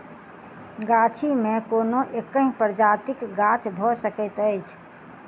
गाछी मे कोनो एकहि प्रजातिक गाछ भ सकैत अछि